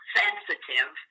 sensitive